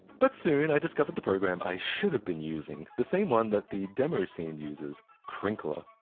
but soon, i discovered the program i should have been using. the same one that the demoscene uses crinkler.